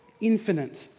Infinite